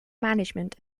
management